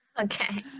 Okay